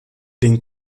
den